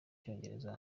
cyongereza